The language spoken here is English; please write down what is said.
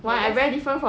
I just